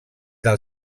del